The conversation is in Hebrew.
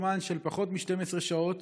בפרק זמן של פחות מ-12 שעות